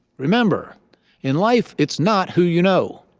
remember in life it's not who you know.